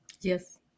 Yes